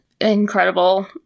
incredible